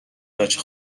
بچه